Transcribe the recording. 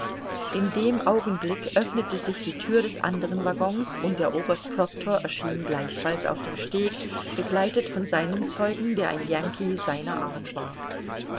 in dem augenblick öffnete sich die thür des andern waggons und der oberst proctor erschien gleichfalls auf dem steg begleitet von seinem zeugen der ein yankee seiner art war